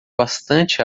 bastante